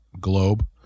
globe